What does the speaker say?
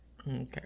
Okay